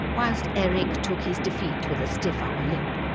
whilst eric took his defeat with a stiff upper lip,